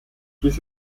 dies